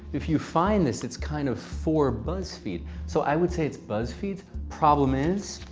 if you find this, it's kind of for buzzfeed. so i would say it's buzzfeed's. problem is,